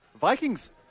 Vikings